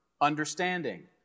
understanding